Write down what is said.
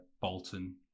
Bolton